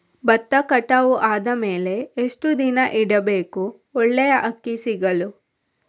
ಭತ್ತ ಕಟಾವು ಆದಮೇಲೆ ಎಷ್ಟು ದಿನ ಇಡಬೇಕು ಒಳ್ಳೆಯ ಅಕ್ಕಿ ಸಿಗಲು?